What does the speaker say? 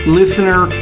listener